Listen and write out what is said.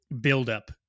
buildup